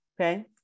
okay